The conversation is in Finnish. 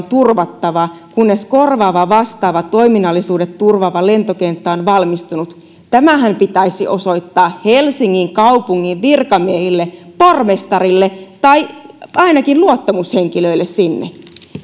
turvattava kunnes korvaava vastaavat toiminnallisuudet turvaava lentokenttä on valmistunut tämähän pitäisi osoittaa helsingin kaupungin virkamiehille pormestarille tai ainakin luottamushenkilöille tämä